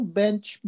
bench